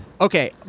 Okay